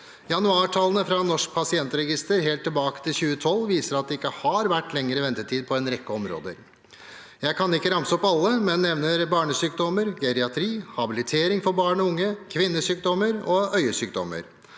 Januartallene fra Norsk pasientregister helt tilbake til 2012 viser at det ikke har vært lengre ventetid på en rekke områder. Jeg kan ikke ramse opp alle, men nevner barnesykdommer, geriatri, habilitering for barn og unge, kvinnesykdommer og øyesykdommer.